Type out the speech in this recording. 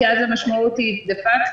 כי אז המשמעות היא דה-פאקטו,